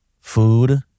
food